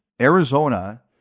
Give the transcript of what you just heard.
Arizona